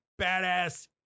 badass